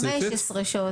15 שעות.